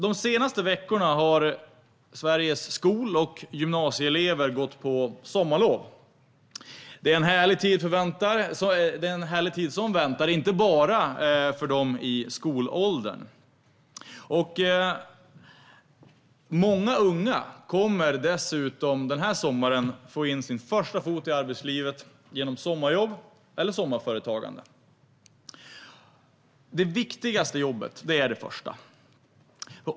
De senaste veckorna har Sveriges grundskole och gymnasieelever gått på sommarlov. Det är en härlig tid som väntar, inte bara för dem i skolåldern. Många unga kommer dessutom att den här sommaren få in sin första fot i arbetslivet genom sommarjobb eller sommarföretagande. Det viktigaste jobbet är det första.